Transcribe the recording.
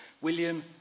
William